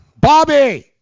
Bobby